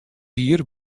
jier